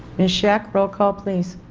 ms. shek roll call please